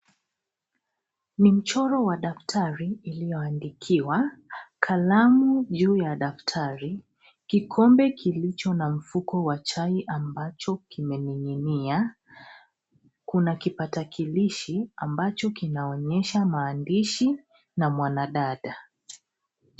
Ni mchoro wa daftari iliyoandikiwa, kalamu juu ya daftari, kikombe kilicho na mfuko wa chai ambacho kimening'inia. Kuna kipatakilishi ambacho kinaonyesha maandishi na mwanadada.